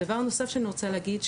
דבר נוסף שאני רוצה להגיד,